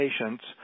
patients